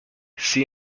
see